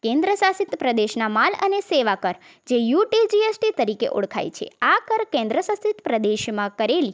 કેન્દ્રશાસિત પ્રદેશના માલ અને સેવા કર જે U T G S T તરીકે ઓળખાય છે આ કર કેન્દ્રશાસિત પ્રદેશમાં કરેલી